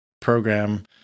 program